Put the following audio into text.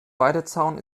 weidezaun